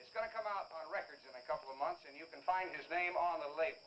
it's going to come out on records in a couple of months and you can find his name on